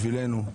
בשבילנו.